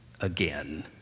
again